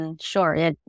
Sure